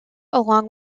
along